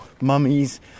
mummies